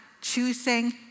choosing